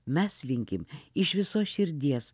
mes linkim iš visos širdies